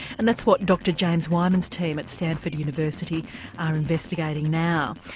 and that's what dr james weimann's team at stanford university are investigating now.